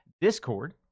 Discord